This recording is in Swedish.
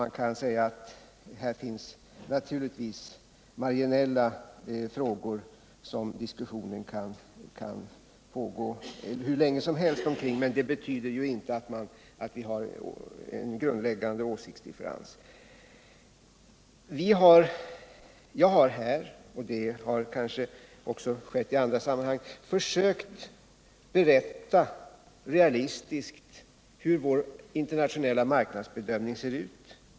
Naturligtvis finns det marginella frågor, om vilka diskussionen kan pågå hur länge som helst, men det betyder inte att vi har en grundläggande åsiktsdifferens. Jag har här — och det har kanske också skett i andra sammanhang — realistiskt försökt berätta hur vår internationella marknadsbedömning ser ut.